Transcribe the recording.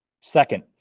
Second